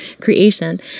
creation